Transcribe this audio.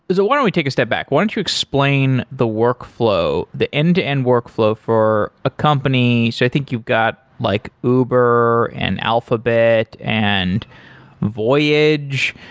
but so why don't we take a step back? why don't you explain the workflow, the end-to-end workflow for a company? so i think you've got like uber, and alphabet and voyage.